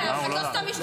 אני לא יודעת מה הלך שם,